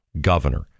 governor